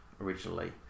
originally